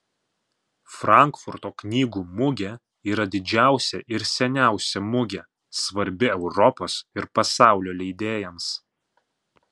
frankfurto knygų mugė yra didžiausia ir seniausia mugė svarbi europos ir pasaulio leidėjams